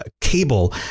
cable